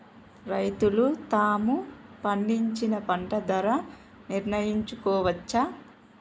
రైతులు తాము పండించిన పంట ధర నిర్ణయించుకోవచ్చా?